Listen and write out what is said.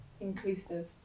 inclusive